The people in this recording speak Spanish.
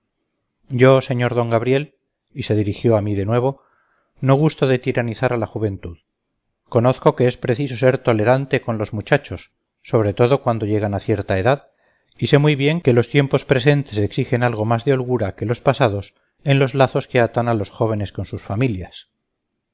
yo señor d gabriel y se dirigió a mí de nuevo no gusto de tiranizar a la juventud conozco que es preciso ser tolerante con los muchachos sobre todo cuando llegan a cierta edad y sé muy bien que los tiempos presentes exigen algo más de holgura que los pasados en los lazos que atan a los jóvenes con sus familias